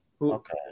Okay